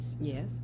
yes